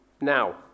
now